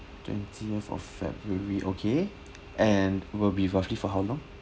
twentieth of february okay and will be roughly for how long